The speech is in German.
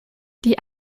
die